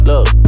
Look